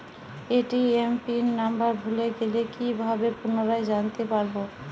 ATM PIN number ভুলে গেলে কি ভাবে পুনরায় জানতে পারবো?